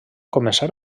començar